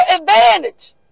advantage